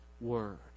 Word